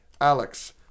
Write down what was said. Alex